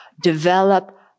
Develop